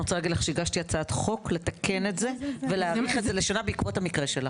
הגשתי הצעת החוק לתקן את זה ולהאריך את זה לשנה בעקבות המקרה שלך.